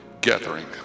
gathering